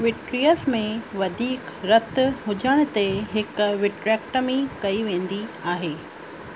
vitreous में वधीक रत हुजण ते हिकु विट्रेक्टमी कई वेंदी आहे